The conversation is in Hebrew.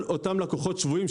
כל אותם לקוחות שבויים,